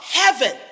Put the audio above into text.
heaven